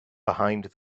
behind